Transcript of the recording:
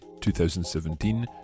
2017